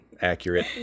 accurate